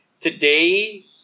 today